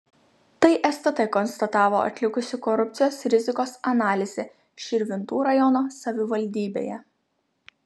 tai stt konstatavo atlikusi korupcijos rizikos analizę širvintų rajono savivaldybėje